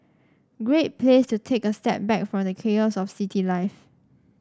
great place to take a step back from the chaos of city life